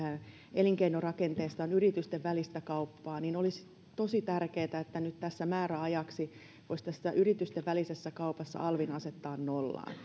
elinkeinorakenteesta on yritysten välistä kauppaa joten olisi tosi tärkeätä että nyt tässä määräajaksi voisi yritysten välisessä kaupassa alvin asettaa nollaan